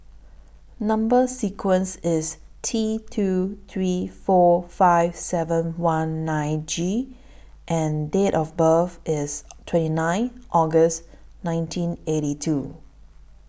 Number sequence IS T two three four five seven one nine G and Date of birth IS twenty nine August nineteen eighty two